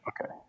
Okay